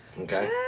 Okay